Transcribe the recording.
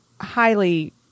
highly